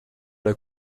der